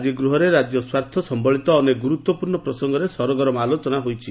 ଆକି ଗୃହରେ ରାଜ୍ୟ ସ୍ୱାର୍ଥ ସମ୍ୟଳିତ ଅନେକ ଗୁରୁତ୍ୱପୂର୍ଶ୍ଣ ପ୍ରସଙ୍ଗରେ ସରଗରମ ଆଲୋଚନା ହୋଇଛି